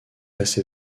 assez